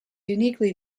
uniquely